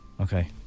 Okay